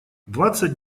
двадцать